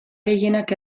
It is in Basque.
gehienak